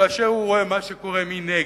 כאשר הוא רואה מה קורה מנגד,